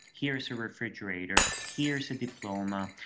here's a refrigerator, here's a diploma,